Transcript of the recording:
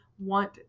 want